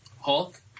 Hulk